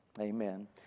Amen